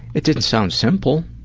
it didn't sound simple.